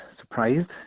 surprised